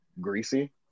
greasy